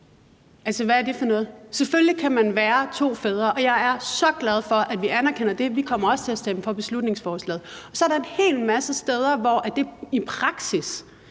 hvad er det for noget? Selvfølgelig kan man være to fædre, og jeg er så glad for, at vi anerkender det. Vi kommer også til at stemme for beslutningsforslaget. Så er der en hel masse steder, hvor det i praksis